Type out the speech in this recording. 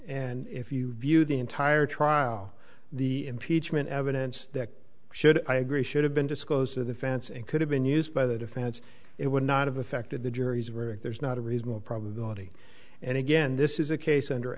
and if you view the entire trial the impeachment evidence that should i agree should have been disclosed to the fence and could have been used by the defense it would not have affected the jury's verdict there's not a reasonable probability and again this is a case under